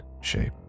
shape